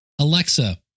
Alexa